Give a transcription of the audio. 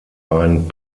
ein